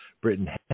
Britain